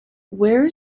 where